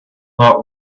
not